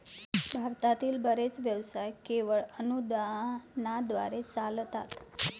भारतातील बरेच व्यवसाय केवळ अनुदानाद्वारे चालतात